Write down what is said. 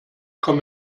komm